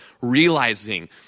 realizing